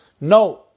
No